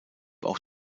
auch